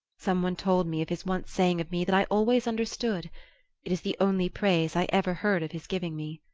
some one told me of his once saying of me that i always understood it is the only praise i ever heard of his giving me.